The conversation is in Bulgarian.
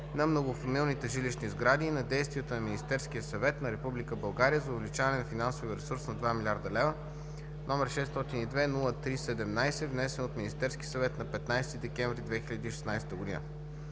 на многофамилните жилищни сгради и на действията на Министерския съвет за увеличаване на финансовия ресурс на 2 млрд. лв., № 602-03-17, внесен от Министерския съвет на 15 декември 2016 г.